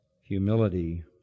humility